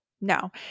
no